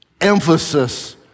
emphasis